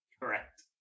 correct